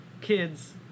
kids